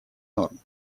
норм